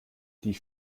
die